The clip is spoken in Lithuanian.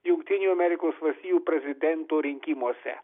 jungtinių amerikos valstijų prezidento rinkimuose